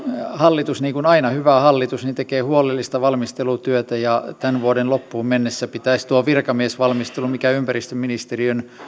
hallitus niin kuin aina hyvä hallitus tekee huolellista valmistelutyötä ja tämän vuoden loppuun mennessä pitäisi tuon virkamiesvalmistelun missä ympäristöministeriön